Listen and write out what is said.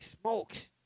smokes